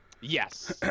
Yes